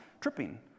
tripping